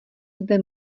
zde